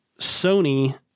Sony